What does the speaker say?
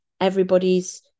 everybody's